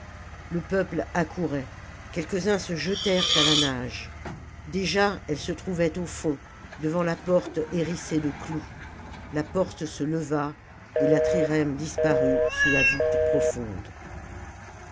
le peuple accourait quelques-uns se jetèrent à la nage déjà elle se trouvait au fond devant la porte hérissée de clous la porte se leva et la trirème disparut sous la voûte profonde